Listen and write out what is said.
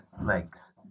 legs